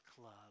Club